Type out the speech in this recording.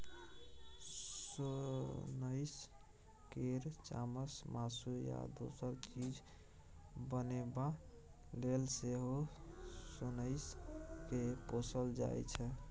सोंइस केर चामसँ मासु या दोसर चीज बनेबा लेल सेहो सोंइस केँ पोसल जाइ छै